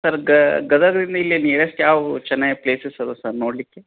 sir ಗದಗದಿಂದ ಇಲ್ಲಿ nearest ಯಾವುದು ಚೆನ್ನಾಗಿ ಪ್ಲೇಸಸ್ ಅದ ಸರ್ ನೋಡಲಿಕ್ಕೆ